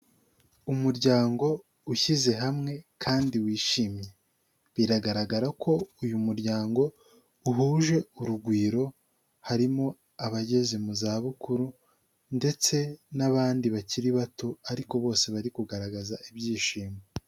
Umuryango ushyize hamwe kandi wishimye, biragaragara ko uyu muryango uhuje urugwiro, harimo abageze mu zabukuru ndetse n'abandi bakiri bato ariko bose bari kugaragaza ibyishimo.